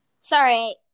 Sorry